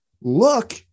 look